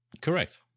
Correct